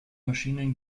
maschinen